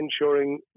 ensuring